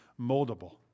moldable